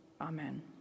Amen